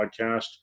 podcast